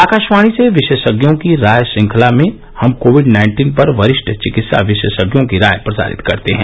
आकाशवाणी से विशेषज्ञों की राय श्रंखला में हम कोविड नाइन्टीन पर वरिष्ठ चिकित्सा विशेषज्ञों की राय प्रसारित करते हैं